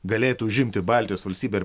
galėtų užimti baltijos valstybę